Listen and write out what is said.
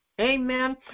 Amen